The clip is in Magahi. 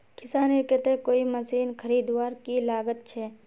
किसानेर केते कोई मशीन खरीदवार की लागत छे?